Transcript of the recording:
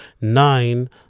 nine